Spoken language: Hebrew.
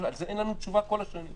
על זה אין לנו תשובה כל השנים.